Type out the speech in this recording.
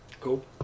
Cool